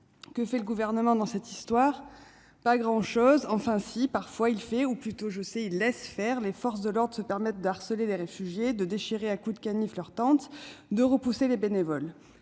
Que fait le Gouvernement dans cette histoire ? Pas grand-chose ! Enfin si, parfois, il fait, ou plutôt il laisse faire : les forces de l'ordre se permettent de harceler les réfugiés, de déchirer leurs tentes à coups de canifs et de repousser les bénévoles.